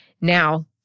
Now